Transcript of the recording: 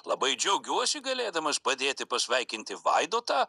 labai džiaugiuosi galėdamas padėti pasveikinti vaidotą